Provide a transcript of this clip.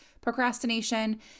procrastination